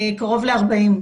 קרוב ל-40.